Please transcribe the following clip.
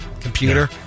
computer